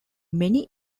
many